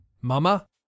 Mama